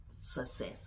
success